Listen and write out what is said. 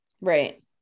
Right